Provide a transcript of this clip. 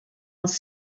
als